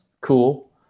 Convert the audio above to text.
Cool